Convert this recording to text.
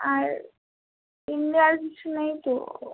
আর আর কিছু নেই তো